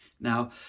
now